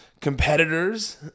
competitors